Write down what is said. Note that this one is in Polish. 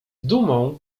dumą